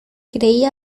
creía